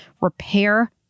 repair